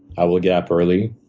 i will get up early,